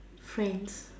friends